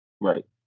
right